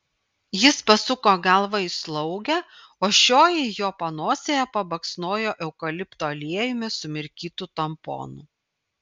jis pasuko galvą į slaugę o šioji jo panosėje pabaksnojo eukalipto aliejumi sumirkytu tamponu